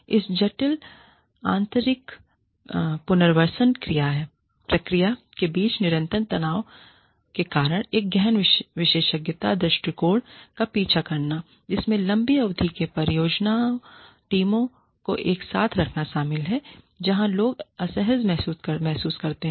इस जटिल आंतरिक पुनर्वसन प्रक्रिया के बीच निरंतर तनाव के कारण एक गहन विशेषज्ञता दृष्टिकोण का पीछा करना जिसमें लंबी अवधि में परियोजना टीमों को एक साथ रखना शामिल है जहां लोग असहज महसूस करते हैं